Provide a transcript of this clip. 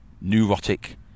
neurotic